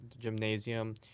gymnasium